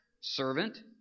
servant